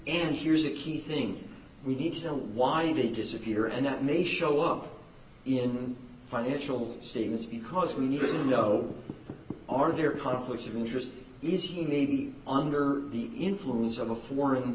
and here's a key thing we need to tell them why they disappear and that may show up in financial statements because we need to know are there conflicts of interest is he may be under the influence of a foreign